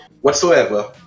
whatsoever